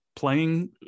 playing